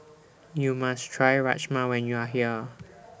YOU must Try Rajma when YOU Are here